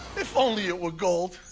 if only it were gold.